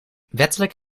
wettelijk